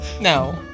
no